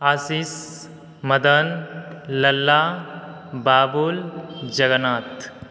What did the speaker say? Ashish Madan Lalla Babul Jagannath